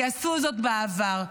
כי עשו זאת בעבר.